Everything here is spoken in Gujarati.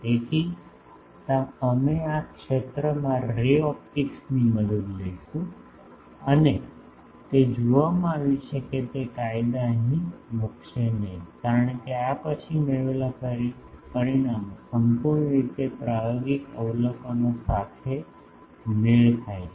તેથી અમે આ ક્ષેત્રોમાં રે ઓપ્ટિક્સની મદદ લઈશું અને તે જોવામાં આવ્યું છે કે તે કાયદા અહીં મૂકશે નહીં કારણ કે આ પછી મેળવેલા પરિણામો સંપૂર્ણ રીતે પ્રાયોગિક અવલોકનો સાથે મેળ ખાય છે